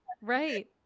Right